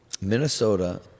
Minnesota